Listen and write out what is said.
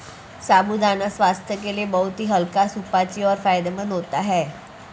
साबूदाना स्वास्थ्य के लिए बहुत ही हल्का सुपाच्य और फायदेमंद होता है